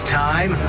time